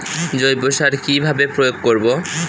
জৈব সার কি ভাবে প্রয়োগ করব?